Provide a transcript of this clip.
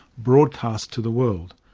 broadcast to the world.